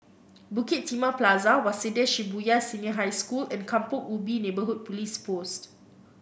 Bukit Timah Plaza Waseda Shibuya Senior High School and Kampong Ubi Neighbourhood Police Post